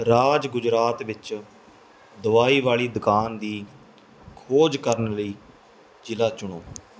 ਰਾਜ ਗੁਜਰਾਤ ਵਿੱਚ ਦਵਾਈ ਵਾਲੀ ਦੁਕਾਨ ਦੀ ਖੋਜ ਕਰਨ ਲਈ ਜ਼ਿਲ੍ਹਾ ਚੁਣੋ